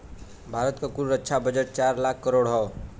भारत क कुल रक्षा बजट चार लाख करोड़ हौ